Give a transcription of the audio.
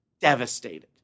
devastated